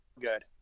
good